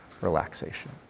relaxation